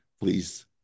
Please